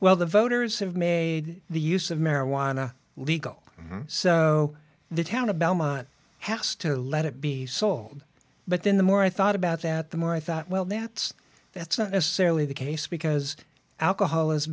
well the voters have made the use of marijuana legal so the town of belmont has to let it be so but then the more i thought about that the more i thought well that's that's not necessarily the case because alcohol has